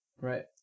Right